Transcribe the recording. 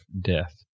death